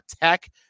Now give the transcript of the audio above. tech